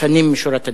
לפנים משורת הדין.